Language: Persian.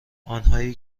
آنهایی